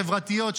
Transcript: חברתיות,